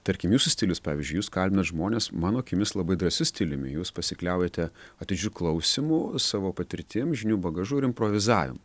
tarkim jūsų stilius pavyzdžiui jūs kalbinat žmones mano akimis labai drąsiu stiliumi jūs pasikliaujate atidžiu klausymu savo patirtim žinių bagažu ir improvizavimu